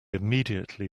immediately